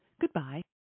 Goodbye